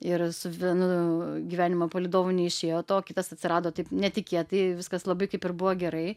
ir su vienu gyvenimo palydovu neišėjo to kitas atsirado taip netikėtai viskas labai kaip ir buvo gerai